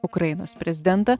ukrainos prezidentą